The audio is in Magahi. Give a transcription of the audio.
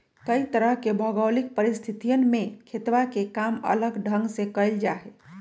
कई तरह के भौगोलिक परिस्थितियन में खेतवा के काम अलग ढंग से कइल जाहई